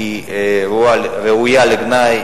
ראויה לגנאי.